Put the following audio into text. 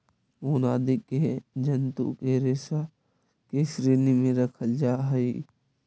ऊन आदि के जन्तु के रेशा के श्रेणी में रखल जा हई